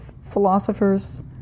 philosophers